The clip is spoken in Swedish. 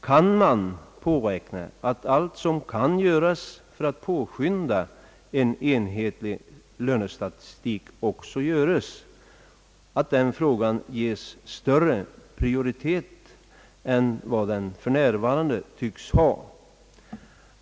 Kan man påräkna att allt som kan göras för att påskynda en enhetlig lönestatistik också göres och att den frågan ges större prioritet än den för närvarande tycks ha?